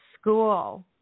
school